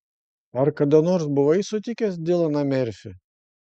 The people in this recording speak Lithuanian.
ar kada nors buvai sutikęs dilaną merfį